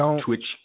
Twitch